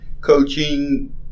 coaching